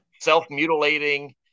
self-mutilating